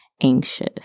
anxious